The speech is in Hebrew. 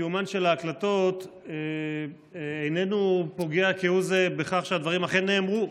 קיומן של ההקלטות איננו פוגע כהוא זה בכך שהדברים אכן נאמרו.